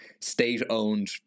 state-owned